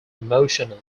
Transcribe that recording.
emotional